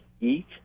eat